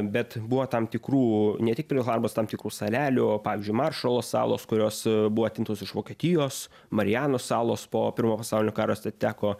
bet buvo tam tikrų ne tik perlharboras tam tikrų salelių pavyzdžiui maršalo salos kurios buvo atimtos iš vokietijos marijano salos po pirmo pasaulinio karo jos atiteko